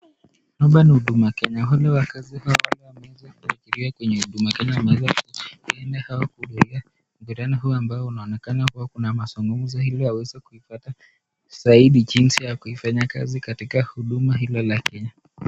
Hapa ni huduma Kenya, wale wafanyakazi wameweza kuhudhuria kwenye huduma Kenya wameweza, kuenda au kuhudhuria mkutano huu ambao unaonekana kuwa kuna mazungumzo ili waweze kuipata, zaidi jinsi ya kuifanya kazi katika huduma hilo la Kenya .